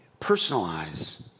personalize